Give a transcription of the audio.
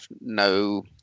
no